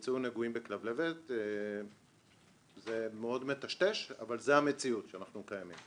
הנושא של כלבלבת מוטל בעיננו